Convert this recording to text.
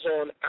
on